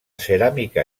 ceràmica